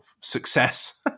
success